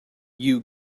you